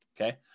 okay